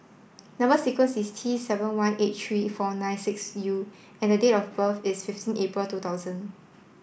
number sequence is T seven one eight three four nine six U and date of birth is fifteen April two thousand